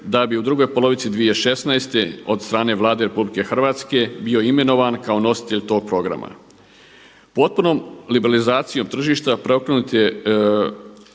da bi u drugoj polovici 2016. od strane Vlade RH bio imenovan kao nositelj tog programa. Potpunom liberalizacijom tržišta preokrenut